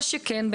מה שכן,